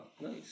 nice